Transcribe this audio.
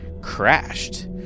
crashed